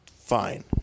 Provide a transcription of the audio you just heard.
Fine